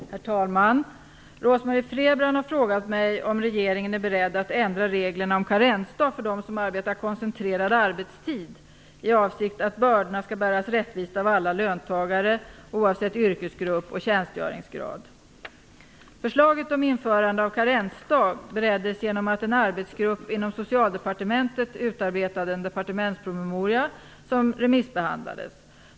Herr talman! Rose-Marie Frebran har frågat mig om regeringen är beredd att ändra lagen om karensdag för dem som arbetar koncentrerad arbetstid i avsikt att bördorna skall bäras rättvist av alla löntagare, oavsett yrkesgrupp och tjänstgöringsgrad. Förslaget om införande av karensdag bereddes genom att en arbetsgrupp inom Socialdepartementet utarbetade en departementspromemoria, vilken remissbehandlades.